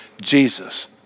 Jesus